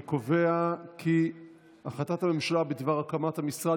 אני קובע כי הודעת הממשלה בדבר הקמת המשרד